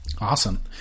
awesome